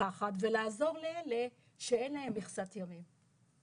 ולעזור לאלה שאין להם מכסת ימים.